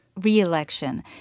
re-election